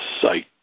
site